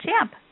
Champ